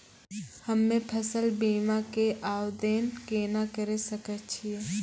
हम्मे फसल बीमा के आवदेन केना करे सकय छियै?